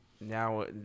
now